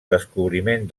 descobriment